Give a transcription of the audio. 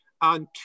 on